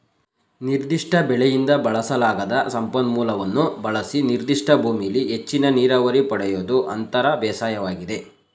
ನಿರ್ದಿಷ್ಟ ಬೆಳೆಯಿಂದ ಬಳಸಲಾಗದ ಸಂಪನ್ಮೂಲವನ್ನು ಬಳಸಿ ನಿರ್ದಿಷ್ಟ ಭೂಮಿಲಿ ಹೆಚ್ಚಿನ ಇಳುವರಿ ಪಡಿಯೋದು ಅಂತರ ಬೇಸಾಯವಾಗಿದೆ